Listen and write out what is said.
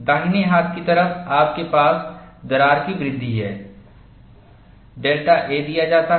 दाहिने हाथ की तरफ आपके पास दरार की वृद्धि है डेल्टा a दिया जाता है